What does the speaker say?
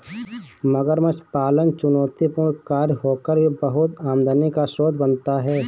मगरमच्छ पालन चुनौतीपूर्ण कार्य होकर भी बहुत आमदनी का स्रोत बनता है